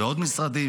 ועוד משרדים,